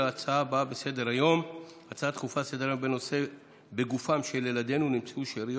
ההצעה להעביר את הנושא לוועדה הזמנית לענייני כספים נתקבלה.